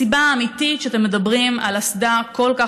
הסיבה האמיתית שאתם מדברים על אסדה כל כך